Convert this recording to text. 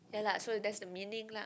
ya lah so that's the meaning lah